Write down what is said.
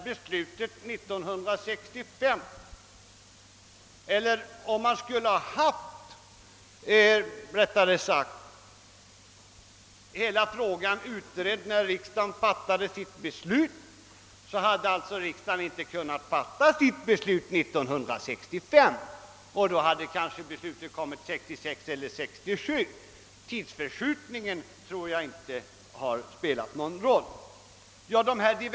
Ja, men om hela frågan skulle varit utredd innan riksdagen fattade sitt beslut, hade riksdagen inte kunnat göra det 1965, utan då hade kanske beslutet fattats 1966 eller 1967. Jag tror därför inte att den tidsförskjutning som herr Nordstrandh talade om hade kunnat undvikas.